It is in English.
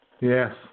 Yes